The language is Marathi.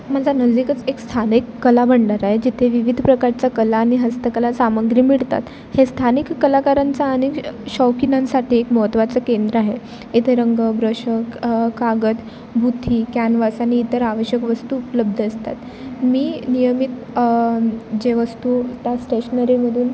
माझा नजीकच एक स्थानिक कला भांडार आहे जिथे विविध प्रकारचा कला आणि हस्तकला सामग्री मिळतात हे स्थानिक कलाकारांचा आणि शौकीनांसाठी एक महत्त्वाचं केंद्र आहे इथे रंग ब्रशक कागद भूथी कॅनव्हास आणि इतर आवश्यक वस्तू उपलब्ध असतात मी नियमित जे वस्तू त्या स्टेशनरीमधून